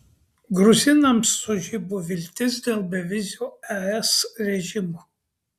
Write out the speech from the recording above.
gruzinams sužibo viltis dėl bevizio es režimo